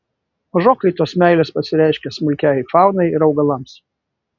mažokai tos meilės pasireiškia smulkiajai faunai ir augalams